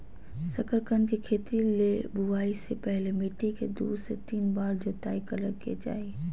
शकरकंद के खेती ले बुआई से पहले मिट्टी के दू से तीन बार जोताई करय के चाही